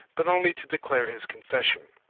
but only to declare his confession.